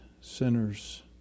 sinners